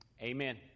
Amen